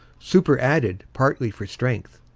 superadded partly for strength,